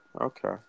okay